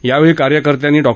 यावेळी कार्यकर्त्यांनी डॉ